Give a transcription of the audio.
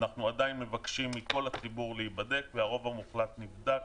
אנחנו עדיין מבקשים מכל הציבור להיבדק והרוב המוחלט נבדק.